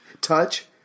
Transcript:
Touch